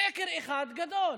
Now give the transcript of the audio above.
שקר אחד גדול.